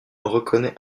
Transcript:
reconnaît